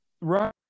right